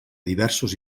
diversos